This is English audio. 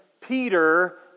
Peter